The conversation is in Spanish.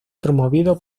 promovido